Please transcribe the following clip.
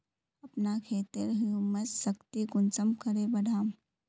अपना खेतेर ह्यूमस शक्ति कुंसम करे बढ़ाम?